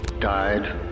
died